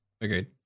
agreed